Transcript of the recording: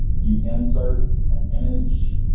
you insert an image,